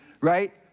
right